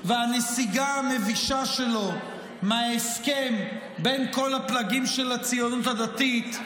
והנסיגה המבישה שלו מההסכם בין כל הפלגים של הציונות הדתית,